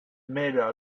mêlent